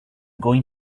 going